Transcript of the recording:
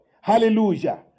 Hallelujah